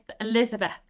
Elizabeth